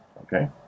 Okay